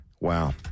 Wow